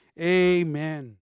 Amen